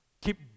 keep